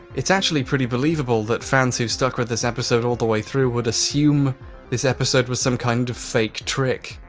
it's actually pretty believable that fans who stuck with this episode all the way through would assume this episode was some kind of fake trick.